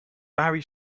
barry